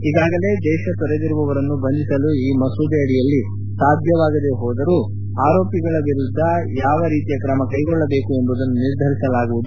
ಇದಾಗಲೇ ದೇಶ ತೊರೆದಿರುವವರನ್ನು ಬಂಧಿಸಲು ಈ ಮಸೂದೆ ಅಡಿಯಲ್ಲಿ ಸಾಧ್ಯವಾಗದೆ ಹೋದರೂ ಆರೋಪಿಗಳ ವಿರುದ್ಧ ಯಾವ ರೀತಿಯ ಕ್ರಮ ಕ್ವೆಗೊಳ್ಳಬೇಕು ಎಂಬುದನ್ನು ನಿರ್ಧರಿಸಲಾಗುವುದು